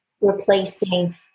replacing